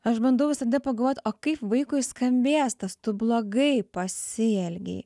aš bandau visada pagalvot o kaip vaikui skambės tas tu blogai pasielgei